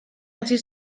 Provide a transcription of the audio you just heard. hasi